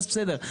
אז בסדר,